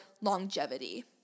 longevity